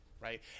right